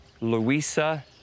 Louisa